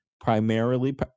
primarily